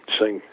sing